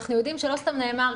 אנחנו יודעים שלא סתם נאמר,